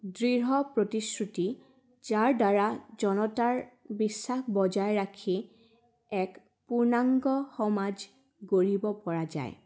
দৃঢ় প্ৰতিশ্ৰুতি যাৰদ্বাৰা জনতাৰ বিশ্বাস বজাই ৰাখি এক পূৰ্ণাংগ সমাজ গঢ়িবপৰা যায়